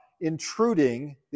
Intruding